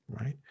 right